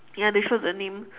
ya they show the name